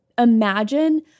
imagine